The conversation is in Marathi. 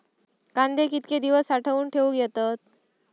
कांदे कितके दिवस साठऊन ठेवक येतत?